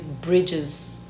bridges